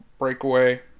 breakaway